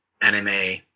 anime